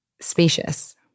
spacious